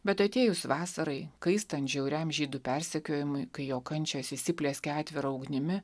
bet atėjus vasarai kaistant žiauriam žydų persekiojimui kai jo kančios įsiplieskė atvira ugnimi